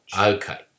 Okay